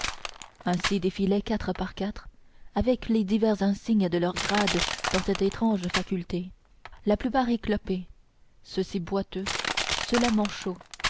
ainsi défilaient quatre par quatre avec les divers insignes de leurs grades dans cette étrange faculté la plupart éclopés ceux-ci boiteux ceux-là manchots